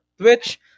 Twitch